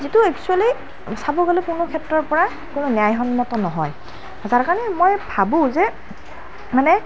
যিটো এক্সোৱেলি চাবলৈ গ'লে কোনো ক্ষেত্ৰৰ পৰা কোনো ন্যায় সন্মত নহয় যাৰ কাৰণে মই ভাবোঁ যে মানে